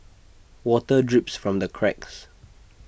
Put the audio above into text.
water drips from the cracks